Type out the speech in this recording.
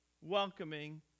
welcoming